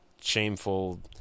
Shameful